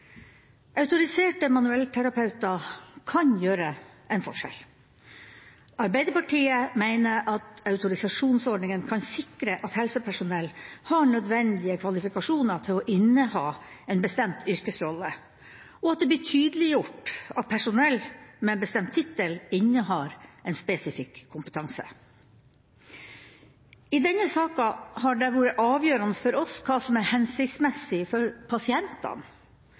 Autoriserte manuellterapeuter kan gjøre en forskjell. Arbeiderpartiet mener at autorisasjonsordninga kan sikre at helsepersonell har nødvendige kvalifikasjoner til å inneha en bestemt yrkesrolle, og at det blir tydeliggjort at personell med en bestemt tittel innehar en spesifikk kompetanse. I denne saka har det vært avgjørende for oss hva som er hensiktsmessig for pasientene,